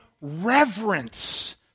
reverence